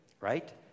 right